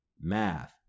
math